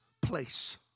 place